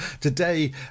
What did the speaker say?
Today